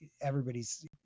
everybody's